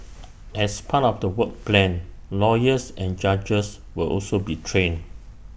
as part of the work plan lawyers and judges will also be trained